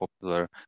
popular